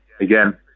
Again